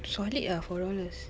solid ah four dollars